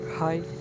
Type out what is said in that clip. Hi